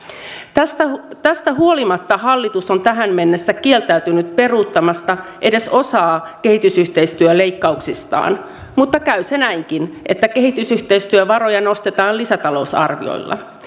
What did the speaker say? tästä tästä huolimatta hallitus on tähän mennessä kieltäytynyt peruuttamasta edes osaa kehitysyhteistyöleikkauksistaan mutta käy se näinkin että kehitysyhteistyövaroja nostetaan lisätalousarvioilla